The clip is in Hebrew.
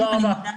תודה רבה.